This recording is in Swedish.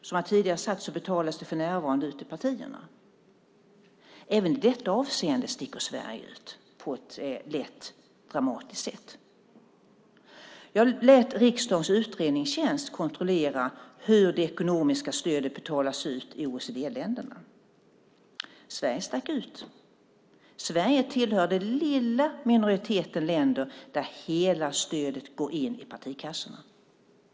Som jag tidigare sagt betalas det för närvarande ut till partierna. Även i detta avseende sticker Sverige ut på ett lätt dramatiskt sätt. Jag lät riksdagens utredningstjänst kontrollera hur det ekonomiska stödet betalas ut i OECD-länderna. Sverige stack ut. Sverige tillhör den lilla minoritet länder där hela stödet går in i partikassorna.